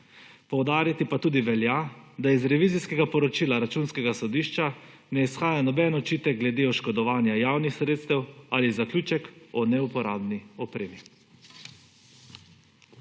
Poudariti pa tudi velja, da je iz revizijskega poročila Računskega sodišča ne izhaja noben očitek glede oškodovanja javnih sredstev ali zaključek o neuporabni opremi.